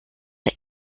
der